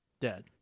dead